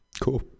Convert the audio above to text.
Cool